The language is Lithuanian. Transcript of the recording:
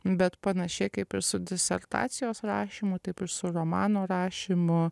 bet panašiai kaip ir su disertacijos rašymu taip ir su romano rašymo